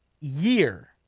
year